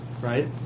Right